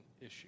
issue